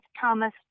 Thomas